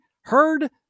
heard